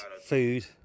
food